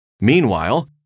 Meanwhile